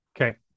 Okay